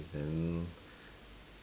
then